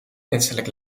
menselijk